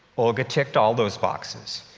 olga ticked all those boxes,